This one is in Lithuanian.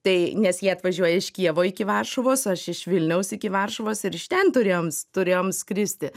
tai nes jie atvažiuoja iš kijevo iki varšuvos o aš iš vilniaus iki varšuvos ir iš ten turėjom turėjom skristi